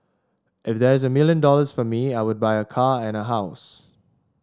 if there's a million dollars for me I would buy a car and a house